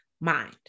Mind